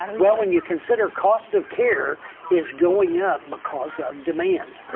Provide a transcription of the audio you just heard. um well, when you consider cost of care is going up because of demand. right.